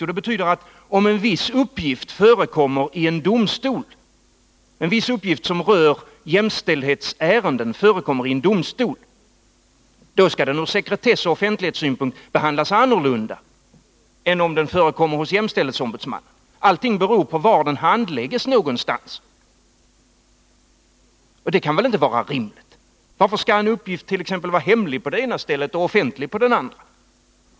Jo, det betyder att om en viss uppgift, som rör jämställdhetsärenden, förekommer i en domstol skall den ur sekretessoch offentlighetssynpunkt behandlas annorlunda än om den förekommer hos jämställdhetsombudsmannen. Allt beror på var den handläggs. Det kan väl inte vara rimligt? Varför skall en uppgift vara hemlig på det ena stället och offentlig på det andra?